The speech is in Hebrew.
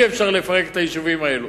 אי-אפשר לפרק את היישובים האלו,